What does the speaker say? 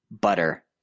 Butter